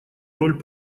роль